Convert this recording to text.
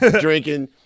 drinking